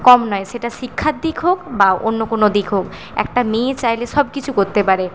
কম নয় সেটা শিক্ষার দিক হোক বা অন্য কোনো দিক হোক একটা মেয়ে চাইলে সব কিছু করতে পারে